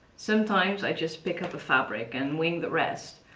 sometimes i just pick up a fabric and wing the rest,